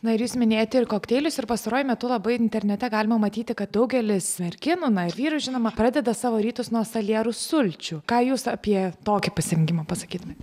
na ir jūs minėjote ir kokteilius ir pastaruoju metu labai internete galima matyti kad daugelis merginų na ir vyrų žinoma pradeda savo rytus nuo salierų sulčių ką jūs apie tokį pasirengimą pasakytumėt